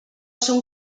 són